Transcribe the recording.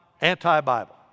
anti-bible